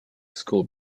school